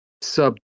sub